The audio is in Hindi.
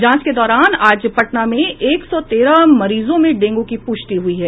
जांच के दौरान आज पटना में एक सौ तेरह मरीजों में डेंगू की पुष्टि हुई है